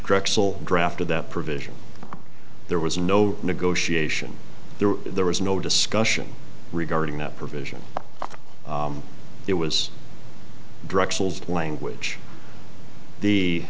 drexel drafted that provision there was no negotiation there there was no discussion regarding that provision it was drexel's language the